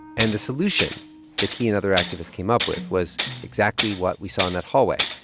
and the solution that he and other activists came up with was exactly what we saw in that hallway.